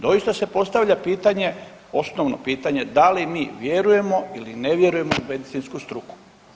Doista se postavlja pitanje, osnovno pitanje, da li mi vjerujemo ili ne vjerujemo u medicinsku struku.